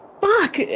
fuck